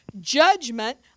judgment